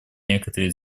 некоторые